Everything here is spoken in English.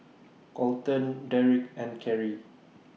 Kolton Derrek and Carry